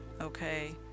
okay